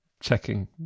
checking